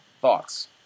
Thoughts